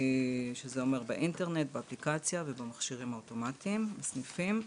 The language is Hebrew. שזה אומר באינטרנט באפליקציה ובמכשירים האוטומטים בסניפים.